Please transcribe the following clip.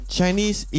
Chinese